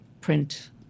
print